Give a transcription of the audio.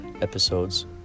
episodes